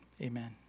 amen